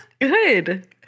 Good